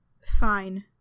Fine